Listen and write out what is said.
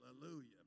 Hallelujah